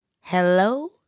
hello